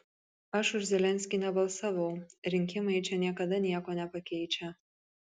aš už zelenskį nebalsavau rinkimai čia niekada nieko nepakeičia